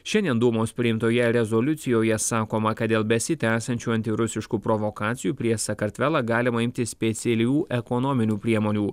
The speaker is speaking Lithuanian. šiandien dūmos priimtoje rezoliucijoje sakoma kad dėl besitęsiančių antirusiškų provokacijų prieš sakartvelą galima imtis specialių ekonominių priemonių